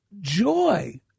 joy